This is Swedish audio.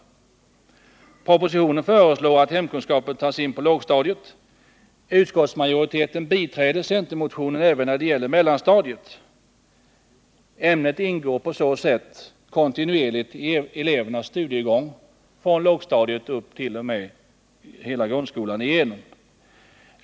I propositionen föreslås att hemkunskapen tas in på lågstadiet. Utskottsmajoriteten biträder centermotionen även när det gäller mellanstadiet. Ämnet ingår på så sätt kontinuerligt i elevernas studiegång från lågstadiet och uppåt hela grundskolan igenom.